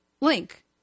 link